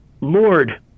Lord